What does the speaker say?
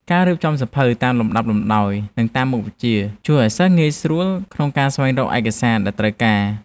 ការរៀបចំសៀវភៅតាមលំដាប់លំដោយនិងតាមមុខវិជ្ជា ជួយឱ្យសិស្សងាយស្រួលក្នុងការស្វែងរកឯកសារដែលត្រូវការ។